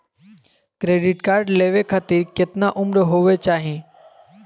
Credit card लेवे खातीर कतना उम्र होवे चाही?